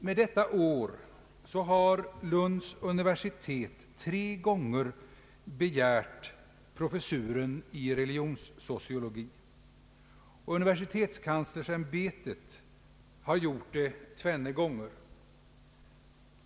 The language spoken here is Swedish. Med detta år har Lunds universitet tre gånger begärt en professur i religionssociologi. Universitetskanslersämbetet har gjort det tvenne gånger.